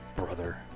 brother